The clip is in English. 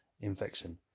infection